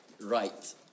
right